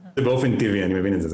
--- באופן טבעי, אני מבין את זה.